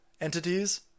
entities